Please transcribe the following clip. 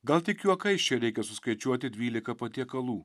gal tik juokais čia reikia suskaičiuoti dvylika patiekalų